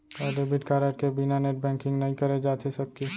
का debit card के बिना नेट बैंकिंग नई करे जाथे सके?